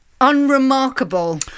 unremarkable